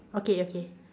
okay okay